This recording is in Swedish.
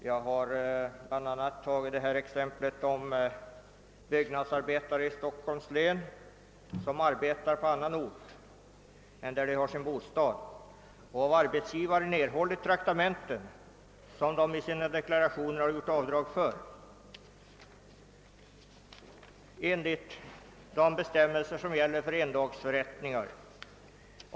BL a. har jag tagit upp exemplet med byggnadsarbetare i Stockholms län som arbetar på annan ort än där de har sin bostad och som av arbetsgivaren erhåller traktamenten, för vilka de i sina deklarationer gjort avdrag enligt gällande bestämmelser för endagsförrättningar.